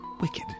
wicked